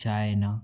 China